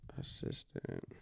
assistant